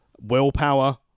Willpower